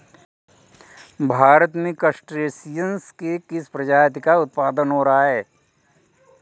भारत में क्रस्टेशियंस के किस प्रजाति का उत्पादन हो रहा है?